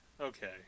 Okay